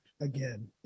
again